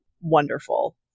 wonderful